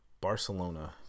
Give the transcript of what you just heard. Barcelona